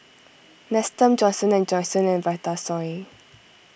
Nestum Johnson and Johnson and Vitasoy